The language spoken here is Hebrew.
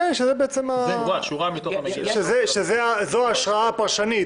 כן, זו ההשראה הפרשנית.